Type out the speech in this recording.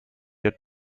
der